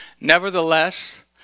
Nevertheless